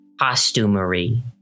costumery